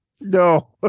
No